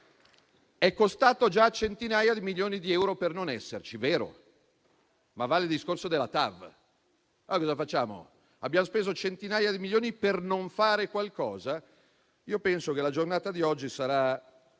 è costato già centinaia di milioni di euro per non esserci. È vero, ma vale il discorso della TAV. Cosa facciamo? Abbiamo speso centinaia di milioni per non fare qualcosa? Io penso che la giornata di oggi sarà